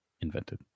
invented